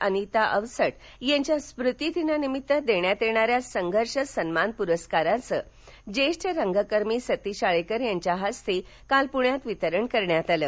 अनिता अवचट यांच्या स्मुतिदिनानिमित्त देण्यात येणाऱ्या संघर्ष सन्मान पुरस्काराचं ज्येष्ठ रंगकर्मी सतीश आळेकर यांच्या हस्ते काल पुण्यात वितरण करण्यात आलं